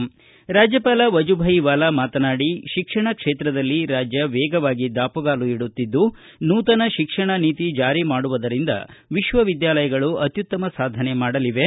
ಈ ವೇಳೆ ರಾಜ್ಯಪಾಲರು ಶಿಕ್ಷಣ ಕ್ಷೇತ್ರದಲ್ಲಿ ರಾಜ್ಯ ವೇಗವಾಗಿ ದಾಪುಗಾಲು ಇಡುತ್ತಿದ್ದು ನೂತನ ಶಿಕ್ಷಣ ನೀತಿ ಜಾರಿ ಮಾಡುವುದರಿಂದ ವಿಶ್ವವಿದ್ಯಾಲಯಗಳು ಅತ್ತುತ್ತಮ ಸಾಧನೆ ಮಾಡಲಿವೆ